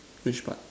which part